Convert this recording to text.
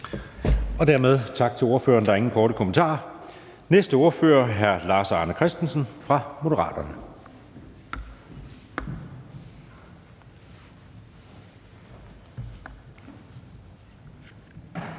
Dermed tak til ordføreren. Der er ingen korte bemærkninger. Den næste ordfører er hr. Lars Arne Christensen fra Moderaterne.